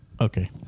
Okay